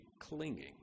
clinging